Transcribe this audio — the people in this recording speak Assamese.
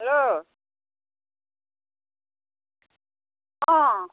হেল্ল' অ'